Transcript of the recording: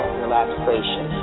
relaxation